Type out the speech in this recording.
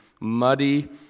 muddy